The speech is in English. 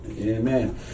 Amen